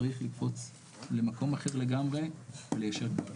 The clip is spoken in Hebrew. צריך לקפוץ למקום אחר לגמרי וליישר קו.